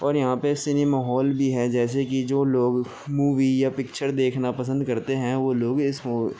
اور یہاں پہ سنیما ہال بھی ہے جیسے کہ جو لوگ مووی یا پکچر دیکھنا پسند کرتے ہیں وہ لوگ اس